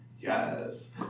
Yes